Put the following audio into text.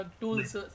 tools